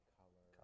color